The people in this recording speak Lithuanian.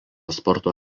sporto